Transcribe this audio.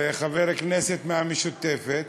וחבר כנסת מהמשותפת.